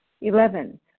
Eleven